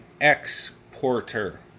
exporter